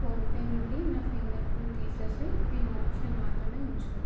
phone pay నుండి నా fingerprint తీసేసి పిన్ ఆప్షన్ మాత్రమే ఉంచు